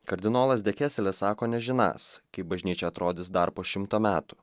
kardinolas dekeselis sako nežinantis kaip bažnyčia atrodys dar po šimto metų